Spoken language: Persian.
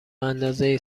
اندازه